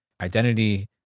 identity